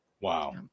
Wow